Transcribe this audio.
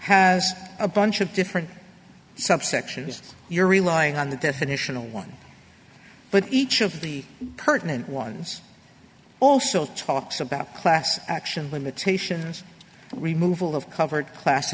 has a bunch of different subsections you're relying on the definition of one but each of the curtain and ones also talks about class action limitations removal of covered class